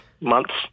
months